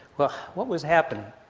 but what was happening?